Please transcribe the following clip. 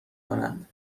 کنند